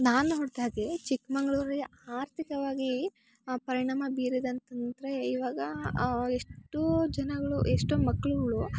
ನಾನು ನೋಡ್ದ್ಹಾಗೆ ಚಿಕ್ಕಮಂಗ್ಳೂರಿಯ ಅರ್ಥಿಕವಾಗಿ ಪರಿಣಾಮ ಬಿರಿದಂತ ತಂತ್ರೆ ಇವಾಗ ಎಷ್ಟು ಜನಗಳು ಎಷ್ಟೋ ಮಕ್ಳುಗಳು